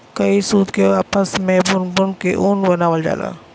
कई सूत के आपस मे बुन बुन के ऊन बनावल जाला